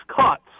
cuts